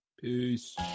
Peace